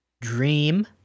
Dream